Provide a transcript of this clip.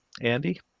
Andy